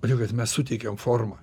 todėl kad mes suteikiam formą